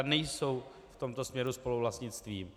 Nejsou v tomto směru spoluvlastnictvím.